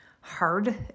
hard